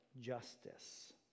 justice